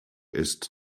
ist